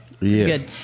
Yes